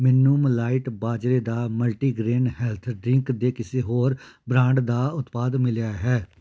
ਮੈਨੂੰ ਮਿਲਾਈਟ ਬਾਜਰੇ ਦਾ ਮਲਟੀਗ੍ਰੇਨ ਹੈਲਥ ਡਰਿੰਕ ਦੇ ਕਿਸੇ ਹੋਰ ਬ੍ਰਾਂਡ ਦਾ ਉਤਪਾਦ ਮਿਲਿਆ ਹੈ